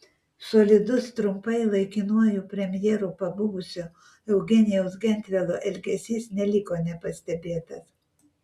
solidus trumpai laikinuoju premjeru pabuvusio eugenijaus gentvilo elgesys neliko nepastebėtas